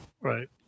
right